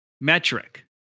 metric